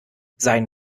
sein